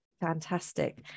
Fantastic